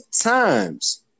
times